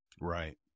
Right